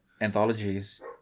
Anthologies